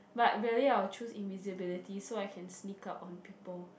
but really I'll choose invisibility so I can sneak out on people